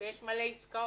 ויש מלא עסקאות